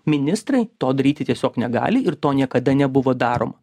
ministrai to daryti tiesiog negali ir to niekada nebuvo daroma